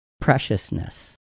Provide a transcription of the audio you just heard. Preciousness